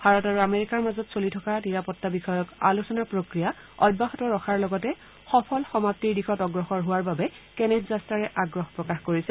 ভাৰত আৰু আমেৰিকাৰ মাজত চলি থকা নিৰাপত্তা বিষয়ক আলোচনা প্ৰক্ৰিয়া অব্যাহত ৰখাৰ লগতে সফল সমাপ্তিৰ দিশত অগ্ৰসৰ হোৱাৰ বাবে কেন্নেথ জাষ্টাৰে আগ্ৰহ প্ৰকাশ কৰিছে